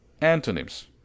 Antonyms